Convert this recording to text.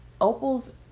Opal's